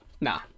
nah